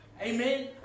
Amen